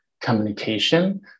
communication